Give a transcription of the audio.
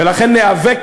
ולכן ניאבק,